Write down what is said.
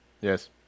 Yes